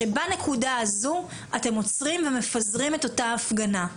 שבנקודה הזו אתם עוצרים ומפזרים את אותה הפגנה.